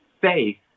faith